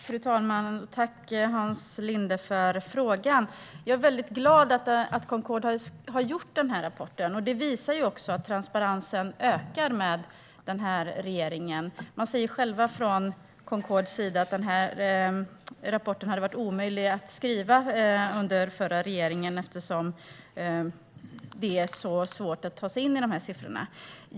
Fru ålderspresident! Tack, Hans Linde, för frågan! Jag är väldigt glad över att Concord har utkommit med denna rapport. Den visar också att transparensen ökar med den här regeringen. Från Concords sida säger man att rapporten skulle ha varit omöjlig att skriva under den förra regeringen eftersom det är så svårt att ta sig in i de här siffrorna.